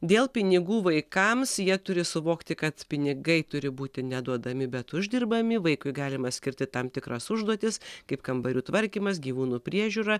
dėl pinigų vaikams jie turi suvokti kad pinigai turi būti ne duodami bet uždirbami vaikui galima skirti tam tikras užduotis kaip kambarių tvarkymas gyvūnų priežiūra